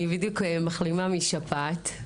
אני בדיוק מחלימה משפעת,